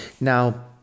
Now